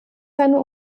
seine